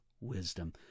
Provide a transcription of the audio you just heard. wisdom